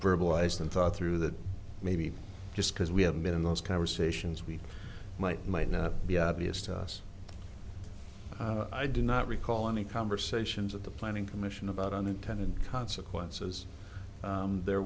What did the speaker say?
verbalized and thought through that maybe just because we haven't been in those conversations we might might not be obvious to us i do not recall any conversations of the planning commission about unintended consequences there